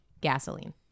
gasoline